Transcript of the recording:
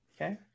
Okay